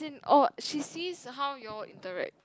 oh she sees how y'all interact